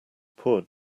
poor